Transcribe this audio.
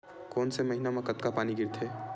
कोन से महीना म कतका पानी गिरथे?